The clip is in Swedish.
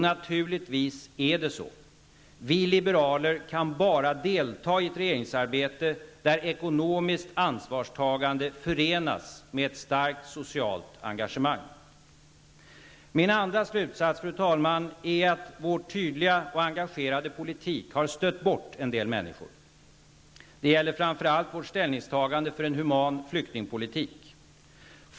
Naturligtvis är det så, att vi liberaler bara kan delta i ett regeringsarbete där ekonomiskt ansvarstagande förenas med ett starkt socialt engagemang. Min andra slutsats, fru talman, är den att vår tydliga och engagerade politik har stött bort en del människor. Det gäller framför allt vårt ställningstagande för en human flyktingpolitik.